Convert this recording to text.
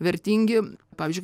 vertingi pavyzdžiui